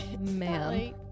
man